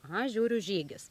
aha žiūriu žygis